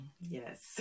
yes